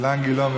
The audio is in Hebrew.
אילן גילאון,